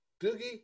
Doogie